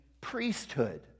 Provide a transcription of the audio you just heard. priesthood